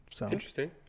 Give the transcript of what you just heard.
Interesting